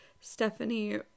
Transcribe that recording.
Stephanie